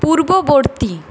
পূর্ববর্তী